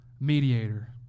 mediator